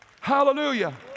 Hallelujah